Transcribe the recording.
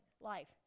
life